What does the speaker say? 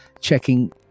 checking